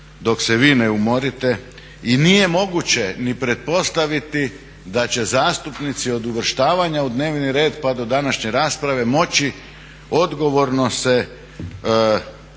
dok se vi ne umorite. I nije moguće ni pretpostaviti da će zastupnici od uvrštavanja u dnevni red pa do današnje rasprave moći odgovorno se referirati